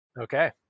Okay